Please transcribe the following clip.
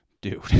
dude